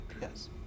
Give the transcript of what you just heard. Yes